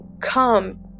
come